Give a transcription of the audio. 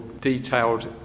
detailed